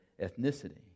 ethnicity